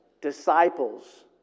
Disciples